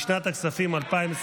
לשנת הכספים 2023